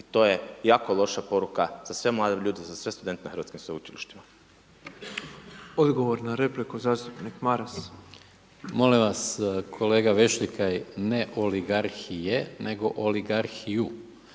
i to je jako loša poruka za sve mlade ljude, za sve studente na hrvatskim sveučilištima. **Petrov, Božo (MOST)** Odgovor na repliku zastupnik Maras. **Maras, Gordan (SDP)** Molim vas, kolega Vešligaj, ne oligarhije, nego oligarhiju.